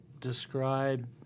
describe